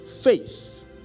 faith